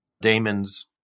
Damon's